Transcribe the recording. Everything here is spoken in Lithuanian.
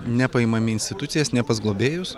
nepaimami institucijas ne pas globėjus